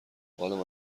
حالم